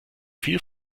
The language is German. viel